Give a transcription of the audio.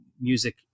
music